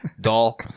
doll